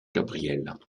gabriel